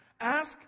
Ask